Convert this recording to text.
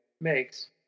makes